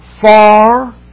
far